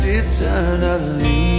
eternally